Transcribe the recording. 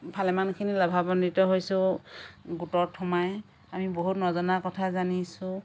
ভালেমানখিনি লাভৱান্নিত হৈছোঁ গোটত সোমাই আমি বহুত নজনা কথা জানিছোঁ